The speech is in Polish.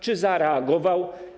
Czy zareagował?